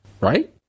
right